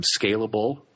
scalable